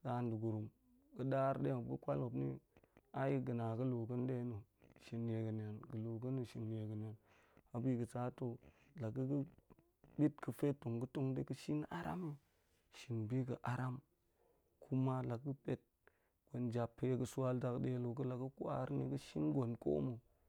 sa nɗe gurum ga̱ dar ɗe muap ga̱ kwal wai muap ni ai ga̱ na ga̱ lu ga̱n ɗe na̱ shin nie ga̱ niang, ga̱ lu ga̱na̱ shin nie ga̱ nang. A bi ga̱ sa to la ga̱ ga̱ bit ga̱fe tong ga̱ tong ga̱ shin aram yi, shim bi ga̱ aram kuma la ga̱ pet gwen jap pe ga̱ swa dakdya lu ga̱ la ga̱ kwar ni ga̱ shin gwen ko ma̱